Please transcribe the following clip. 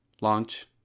Launch